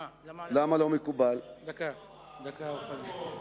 לא מקובל להגיד, על דוכן הכנסת.